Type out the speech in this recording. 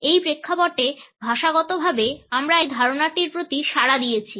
এই প্রেক্ষাপটে ভাষাগতভাবে আমরা এই ধারণাটির প্রতি সাড়া দিয়েছি